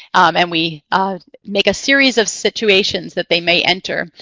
and we make a series of situations that they may enter,